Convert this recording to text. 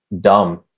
dumb